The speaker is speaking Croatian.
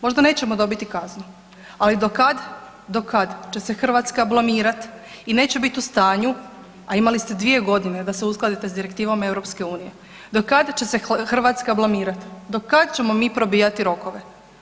Možda nećemo dobiti kaznu, ali do kad, do kad će se Hrvatska blamirat i neće bit u stanju, a imali ste dvije godine da se uskladite sa direktivom EU, do kada će se Hrvatska blamirat, do kad ćemo mi probijat rokove?